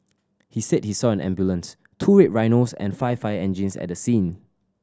he said he saw an ambulance two Red Rhinos and five fire engines at the scene